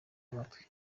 amatwi